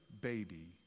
baby